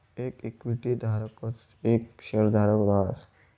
येक इक्विटी धारकच येक शेयरधारक रहास